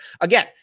Again